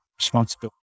responsibility